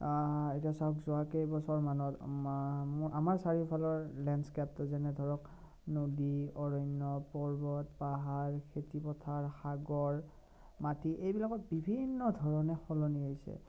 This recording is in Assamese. এতিয়া চাওক যোৱা কেইবছৰমানত আমাৰ চাৰিওফালৰ লেণ্ডস্কেপটো যেনে ধৰক নদী অৰণ্য পৰ্বত পাহাৰ খেতিপথাৰ সাগৰ মাটি এইবিলাকত বিভিন্ন ধৰণে সলনি হৈছে